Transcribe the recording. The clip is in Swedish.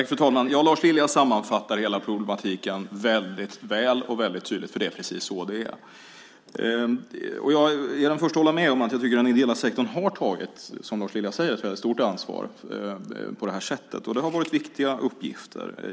Fru talman! Lars Lilja sammanfattar hela problematiken väldigt väl och väldigt tydligt. Det är precis så som han säger. Jag är den förste att hålla med om att den ideella sektorn på det här sättet har, som Lars Lilja säger, tagit ett stort ansvar. Det har varit viktiga uppgifter.